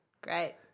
Great